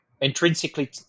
intrinsically